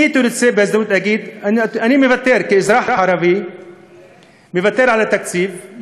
אני הייתי רוצה באותה הזדמנות להגיד שאני כאזרח ערבי מוותר על התקציב,